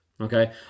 Okay